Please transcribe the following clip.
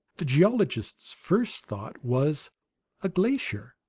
the geologist's first thought was a glacier,